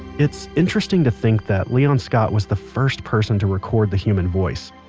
it's interesting to think that leon scott was the first person to record the human voice,